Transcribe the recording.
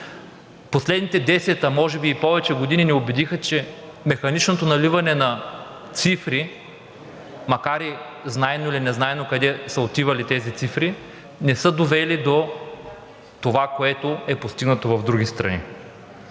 Последните 10, а може би и повече години ни убедиха, че механичното наливане на цифри, макар знайно или незнайно къде са отивали тези цифри, не са довели до това, което е постигнато в други страни.